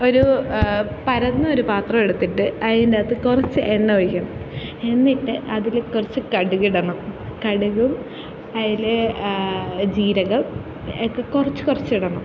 ഒരു പരന്നൊരു പാത്രം എടുത്തിട്ട് അതിനകത്ത് കുറച്ച് എണ്ണ ഒഴിക്കണം എന്നിട്ട് അതില് കുറച്ച് കടുകിടണം കടുകും അതില് ജീരകം ഒക്കെ കുറച്ച് കുറച്ച് ഇടണം